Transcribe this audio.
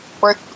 Work